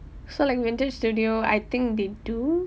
so like vintage studio I think they do